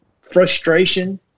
frustration